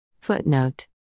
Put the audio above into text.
Footnote